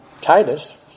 Titus